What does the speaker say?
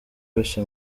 yose